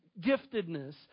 giftedness